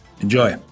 Enjoy